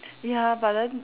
ya but then